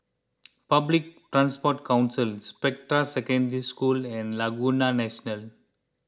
Public Transport Council Spectra Secondary School and Laguna National